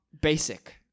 basic